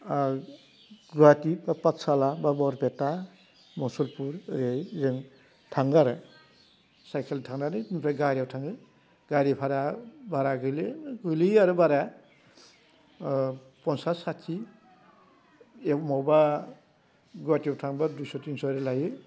अर गुवाहाटि बा पातसाला बा बरपेटा मसलपुर ओरैहाय जों थाङो आरो सायखेलजों थांनानै ओमफ्राय गारियाव थाङो गारि भारा बारा गोग्लैयो गोग्लैयो आरो बाराया पन्सास साथि मबावबा गुवाहाटियाव थांब्ला दुइस' थिनस' ओरै लायो